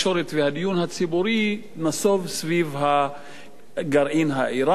הדיון הציבורי נסוב סביב הגרעין האירני: